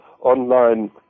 online